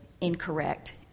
incorrect